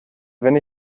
wenn